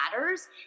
matters